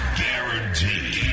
guaranteed